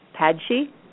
Padshi